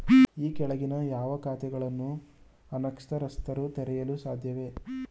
ಈ ಕೆಳಗಿನ ಯಾವ ಖಾತೆಗಳನ್ನು ಅನಕ್ಷರಸ್ಥರು ತೆರೆಯಲು ಸಾಧ್ಯವಿಲ್ಲ?